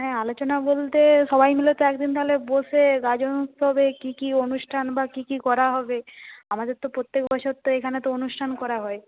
হ্যাঁ আলোচনা বলতে সবাই মিলে তো এক দিন তাহলে বসে গাজন উৎসবে কী কী অনুষ্ঠান বা কী কী করা হবে আমাদের তো প্রত্যেক বছর তো এখানে তো অনুষ্ঠান করা হয়